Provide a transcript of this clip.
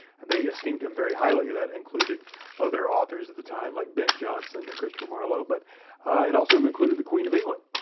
they esteemed him very highly. that included other authors at the time like ben jonson and christopher marlowe, but it also included the queen of england.